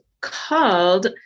called